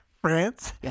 France